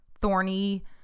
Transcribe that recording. thorny